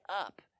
up